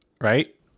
right